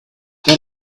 but